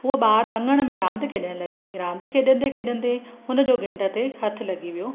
हूअ ॿार अङण में रांदि खेॾण लॻी रांदि खेॾंदे खेॾंदे हुन जो घिंड ते हथु लॻी वियो